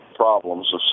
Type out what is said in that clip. problems